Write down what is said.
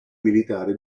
militare